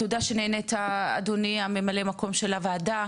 תודה שנענית, אדוני מ"מ יו"ר הוועדה,